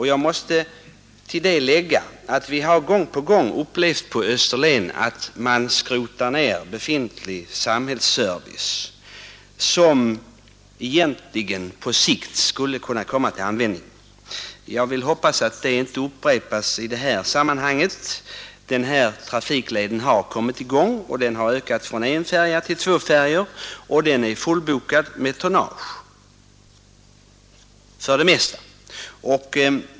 Jag måste tillägga att vi har gång på gång i Österlen upplevt att man skrotat ner befintlig samhällsservice som egentligen på sikt skulle kunna komma till användning. Jag vill hoppas att detta inte upprepas i det här sammanhanget. Den här trafikleden har kommit i gång, den har ökat från én färjä till två färjor och den är fullbokad med tonnage för det mesta.